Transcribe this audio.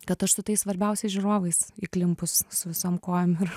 kad aš su tais svarbiausiais žiūrovais įklimpus su visom kojom ir